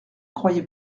croyez